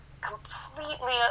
completely